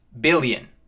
billion